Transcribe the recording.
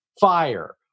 Fire